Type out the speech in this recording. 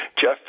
Jeff